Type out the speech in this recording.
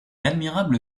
admirable